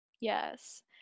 Yes